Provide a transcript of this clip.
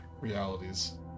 realities